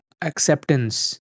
acceptance